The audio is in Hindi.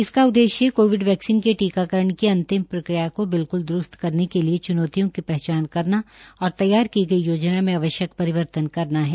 इसका उद्देश्य कोविड वैक्सीन के टीकाकरण की अंतिम प्रक्रिया को बिल्कुल द्रस्त करने के लिए चुनौतियों की हचान करना और तैयार की गई योजना में आवश्यक रिवर्तन करना है